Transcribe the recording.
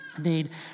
need